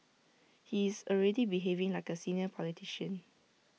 he is already behaving like A senior politician